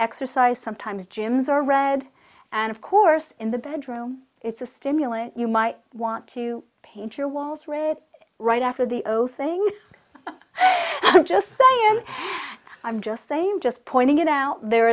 exercise sometimes gyms are red and of course in the bedroom it's a stimulant you might want to paint your walls red right after the oath thing i'm just i'm just same just pointing it out there